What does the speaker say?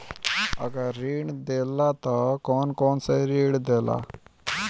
अगर ऋण देला त कौन कौन से ऋण देला?